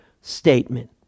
statement